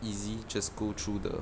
easy just go through the